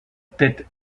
tête